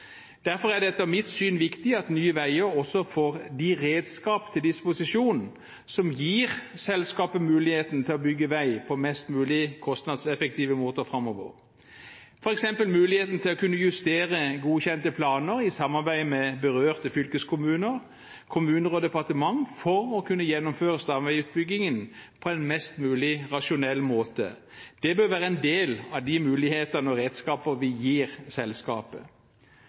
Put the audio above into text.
Derfor er det etter mitt syn viktig at Nye Veier også får de redskaper til disposisjon som gir selskapet muligheten til å bygge vei på mest mulig kostnadseffektive måter framover, f.eks. muligheten til å kunne justere godkjente planer i samarbeid med berørte fylkeskommuner, kommuner og departement, for å kunne gjennomføre stamveiutbyggingen på en mest mulig rasjonell måte. Det bør være en del av de muligheter og redskaper vi gir selskapet.